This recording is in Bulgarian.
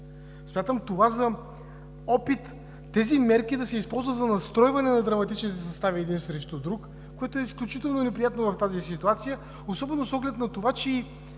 Смятам това за опит мерките да се използват за настройване на драматичните състави един срещу друг, което е изключително неприятно в тази ситуация, особено с оглед на това, че в